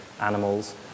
animals